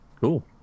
Cool